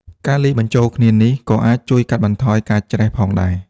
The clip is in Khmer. ការលាយបញ្ចូលគ្នានេះក៏អាចជួយកាត់បន្ថយការច្រេះផងដែរ។